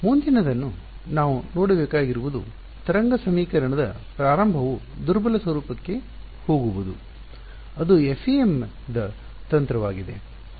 ಮುಂದಿನದನ್ನು ನಾವು ನೋಡಬೇಕಾಗಿರುವುದು ತರಂಗ ಸಮೀಕರಣದ ಪ್ರಾರಂಭವು ದುರ್ಬಲ ಸ್ವರೂಪಕ್ಕೆ ಹೋಗುವುದು ಅದು FEM ದ ತಂತ್ರವಾಗಿದೆ